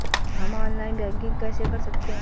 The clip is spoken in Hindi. हम ऑनलाइन बैंकिंग कैसे कर सकते हैं?